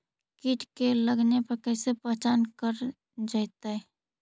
कीट के लगने पर कैसे पहचान कर जयतय?